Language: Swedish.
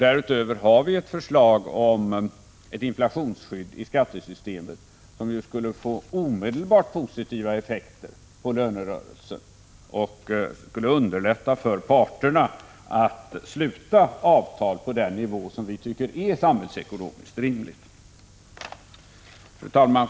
Därutöver har vi ett förslag om inflationsskydd i skattesystemet som skulle få omedelbart positiva effekter på lönerörelsen och som skulle underlätta för parterna att sluta avtal på den nivå som vi tycker är samhällsekonomiskt rimlig. Fru talman!